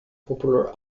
popular